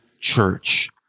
church